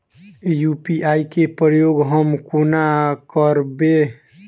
UPI केँ प्रयोग हम कोना करबे?